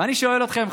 ואני שואל אתכם,